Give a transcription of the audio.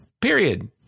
period